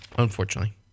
Unfortunately